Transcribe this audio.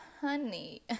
honey